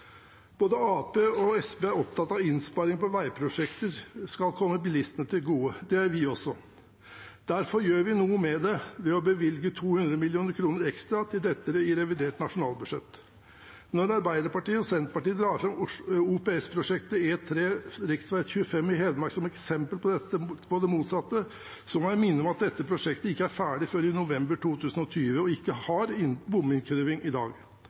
Både Arbeiderpartiet og Senterpartiet er opptatt av at innsparing på veiprosjekter skal komme bilistene til gode. Det er vi også. Derfor gjør vi noe med det ved å bevilge 200 mill. kr ekstra til dette i revidert nasjonalbudsjett. Når Arbeiderpartiet og Senterpartiet drar fram OPS-prosjektet rv. 3/rv. 25 i Hedmark som eksempel på det motsatte, må jeg minne om at dette prosjektet ikke er ferdig før i november 2020, og ikke har bominnkreving i dag.